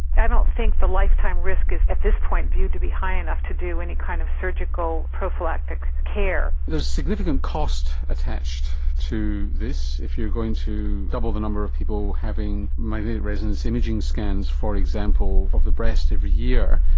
i don't think the lifetime risk is at this point viewed to be high enough to do any kind of surgical prophylactic care. there's significant cost attached to this if you're going to double the number of people having magnetic resonance imaging scans for example of the breast every year.